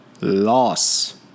loss